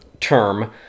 term